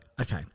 okay